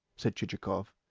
said chichikov,